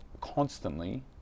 constantly